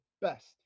best